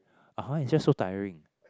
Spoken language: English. (uh huh) it's just so tiring